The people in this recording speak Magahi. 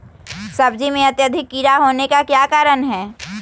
सब्जी में अत्यधिक कीड़ा होने का क्या कारण हैं?